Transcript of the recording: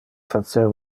facer